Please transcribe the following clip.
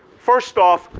first off,